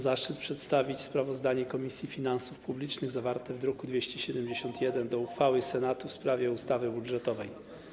Zaszczyt przedstawić sprawozdanie Komisji Finansów Publicznych zawarte w druku nr 271 do uchwały Senatu w sprawie ustawy budżetowej.